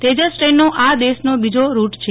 તેજસ ટ્રેનનો આ દેશનો બીજો રૂટ છે